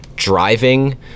Driving